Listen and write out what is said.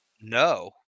No